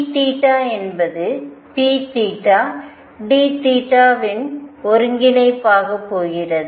pஎன்பது pdθ யின் ஒருங்கிணைப்பாக போகிறது